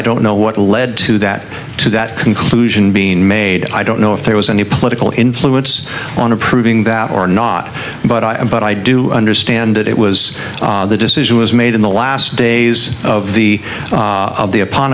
i don't know what led to that to that conclusion being made i don't know if there was a new political influence on approving that or not but i but i do understand that it was the decision was made in the last days of the of the upon